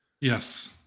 yes